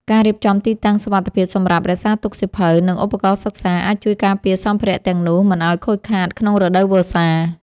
ការរៀបចំទីតាំងសុវត្ថិភាពសម្រាប់រក្សាទុកសៀវភៅ និង ឧបករណ៍សិក្សា អាចជួយការពារសម្ភារទាំងនោះមិនឱ្យខូចខាតក្នុងរដូវវស្សា។